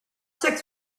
six